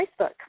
Facebook